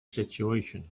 situation